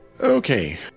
okay